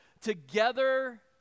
together